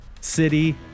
City